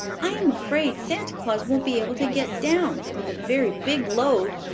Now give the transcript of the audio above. i am afraid santa claus won't be able to get down with a very big load.